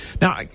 Now